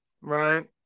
right